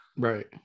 Right